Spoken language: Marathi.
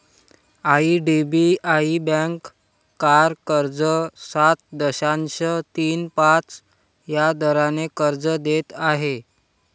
आई.डी.बी.आई बँक कार कर्ज सात दशांश तीन पाच या दराने कर्ज देत आहे